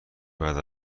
بعد